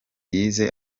yize